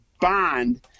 bond